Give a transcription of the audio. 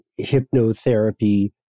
hypnotherapy